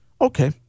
Okay